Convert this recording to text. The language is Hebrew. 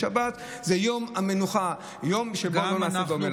שבת הוא יום המנוחה, יום שלא נעשית בו במלאכה.